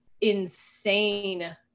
insane